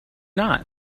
not